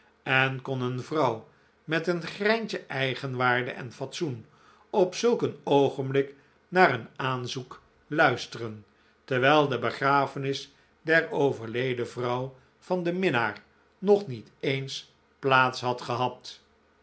en kon een vrouw met een greintje eigenwaarde en fatsoen op zulk een oogcnblik naar een aanzoek luisteren terwijl de begrafenis der overleden vrouw van den minnaar nog niet eens plaats had gehad